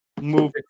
move